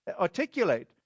articulate